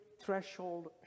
Threshold